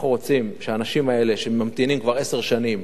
אנחנו רוצים שהאנשים האלה, שממתינים כבר עשר שנים,